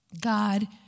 God